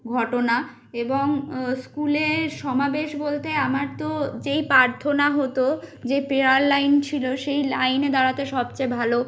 ঘটনা এবং স্কুলে সমাবেশ বলতে আমার তো যেই প্রার্থনা হতো যে প্রেয়ার লাইন ছিল সেই লাইনে দাঁড়াতে সবচেয়ে ভালো